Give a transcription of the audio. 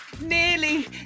nearly